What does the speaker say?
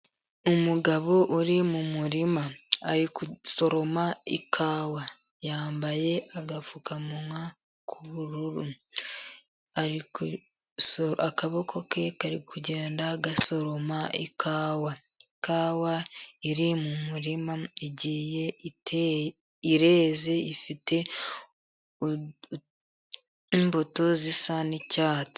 Umugabo uri mu murima ari gusoroma ikawa yambaye agapfukamunwa k'ubururu, akaboko ke kari kugenda gasoroma ikawa. Ikawa iri mu murima ireze ifite imbuto zisa n'icyatsi.